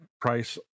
price